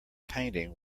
painting